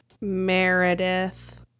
Meredith